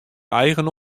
eigen